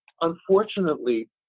Unfortunately